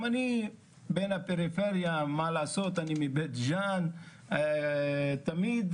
גם אני בן הפריפריה, מה לעשות, אני מבית גזאן.